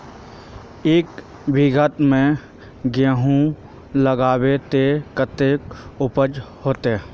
एक बिगहा में गेहूम लगाइबे ते कते उपज होते?